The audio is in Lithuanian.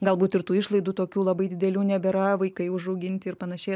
galbūt ir tų išlaidų tokių labai didelių nebėra vaikai užauginti ir panašiai